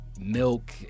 milk